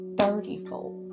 thirtyfold